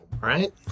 right